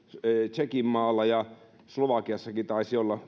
tsekinmaalla ja slovakiassakin taisi olla